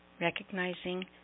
recognizing